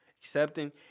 accepting